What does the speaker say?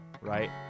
right